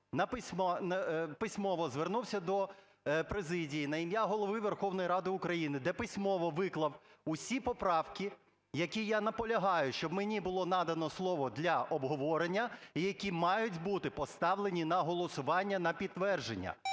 письмово звернувся до президії на ім'я Голови Верховної Ради України, де письмово виклав усі поправки, які, я наполягаю, щоб мені було надано слово для обговорення і які мають бути поставлені на голосування на підтвердження.